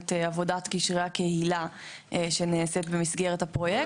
את עבודת קשרי הקהילה שנעשית במסגרת הפרויקט